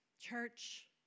Church